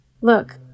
look